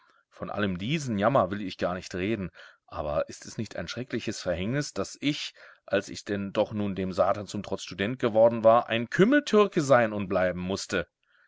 von allem diesen jammer will ich gar nicht reden aber ist es nicht ein schreckliches verhängnis daß ich als ich denn doch nun dem satan zum trotz student geworden war ein kümmeltürke sein und bleiben mußte